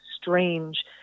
strange